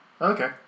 Okay